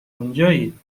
اونجایید